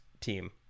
team